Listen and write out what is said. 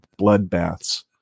bloodbaths